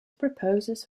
proposers